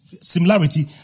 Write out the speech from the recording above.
similarity